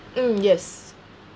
mm yes